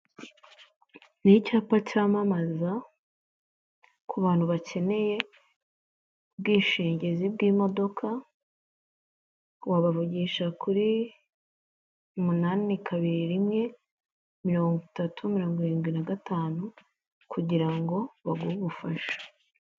Ni icyapa cyamamaza ku bantu bakeneye ubwishingizi bw'imodoka, wabavugisha kuri umunani kabiri rimwe, mirongo itatu mirongo irindwi na gatanu, kugirango baguhe ubufasha.